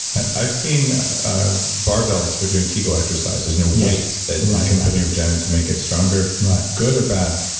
i've seen barbells for doing kegel exercises, you know? weights that you can put in your vagina to make it stronger right good or bad?